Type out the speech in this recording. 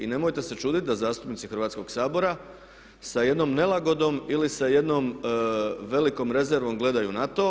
I nemojte se čuditi da zastupnici Hrvatskoga sabora sa jednom nelagodom ili sa jednom velikom rezervom gledaj na to.